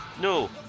No